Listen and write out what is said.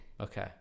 Okay